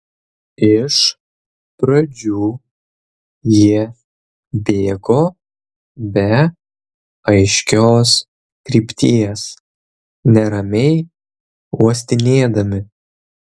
iš pradžių jie bėgo be aiškios krypties neramiai uostinėdami